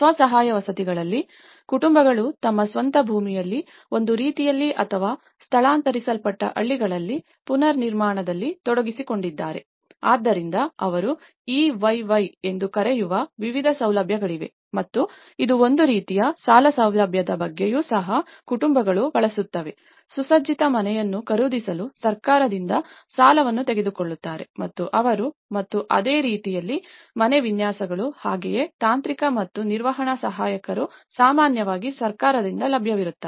ಸ್ವ ಸಹಾಯ ವಸತಿಗಳಲ್ಲಿ ಕುಟುಂಬಗಳು ತಮ್ಮ ಸ್ವಂತ ಭೂಮಿಯಲ್ಲಿ ಒಂದು ರೀತಿಯಲ್ಲಿ ಅಥವಾ ಸ್ಥಳಾಂತರಿಸಲ್ಪಟ್ಟ ಹಳ್ಳಿಗಳಲ್ಲಿ ಪುನರ್ನಿರ್ಮಾಣದಲ್ಲಿ ತೊಡಗಿಸಿಕೊಂಡಿದ್ದಾರೆ ಆದ್ದರಿಂದ ಅವರು EYY ಎಂದು ಕರೆಯುವ ವಿವಿಧ ಸೌಲಭ್ಯಗಳಿವೆ ಮತ್ತು ಇದು ಒಂದು ರೀತಿಯ ಸಾಲ ಸೌಲಭ್ಯದ ಬಗ್ಗೆಯೂ ಸಹ ಕುಟುಂಬಗಳು ಬಳಸುತ್ತವೆ ಸುಸಜ್ಜಿತ ಮನೆಯನ್ನು ಖರೀದಿಸಲು ಸರ್ಕಾರದಿಂದ ಸಾಲವನ್ನು ತೆಗೆದುಕೊಳ್ಳುತ್ತಾರೆ ಮತ್ತು ಅವರು ಮತ್ತು ಅದೇ ರೀತಿಯಲ್ಲಿ ಮನೆ ವಿನ್ಯಾಸಗಳು ಹಾಗೆಯೇ ತಾಂತ್ರಿಕ ಮತ್ತು ನಿರ್ವಹಣಾ ಸಹಾಯಕರು ಸಾಮಾನ್ಯವಾಗಿ ಸರ್ಕಾರದಿಂದ ಲಭ್ಯವಿರುತ್ತಾರೆ